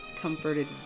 comforted